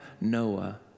Noah